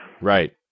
right